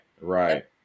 right